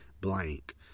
blank